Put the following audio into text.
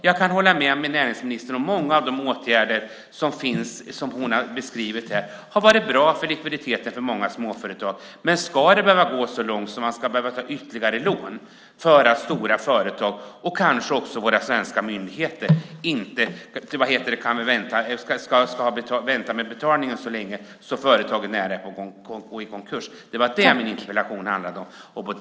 Jag kan hålla med näringsministern om att många av de åtgärder som hon beskriver har varit bra för likviditeten för många småföretag. Men ska det behöva gå så långt att man måste ta ytterligare lån för att stora företag, och kanske också våra svenska myndigheter, väntar med betalningen så länge att företagen är nära att gå i konkurs? Det handlade min interpellation om.